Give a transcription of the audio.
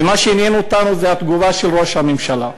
ומה שעניין אותנו זה התגובה של ראש הממשלה.